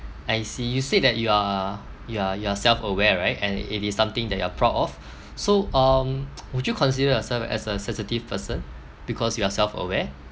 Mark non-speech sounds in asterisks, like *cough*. I see you said that you are you are you are self aware right and it is something that you are proud of so um *noise* would you consider yourself as a sensitive person because you are self aware